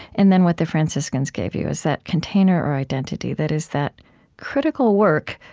and then what the franciscans gave you, is that container or identity that is that critical work,